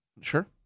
Sure